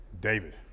David